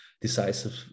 decisive